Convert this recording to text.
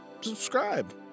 subscribe